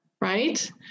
right